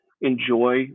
enjoy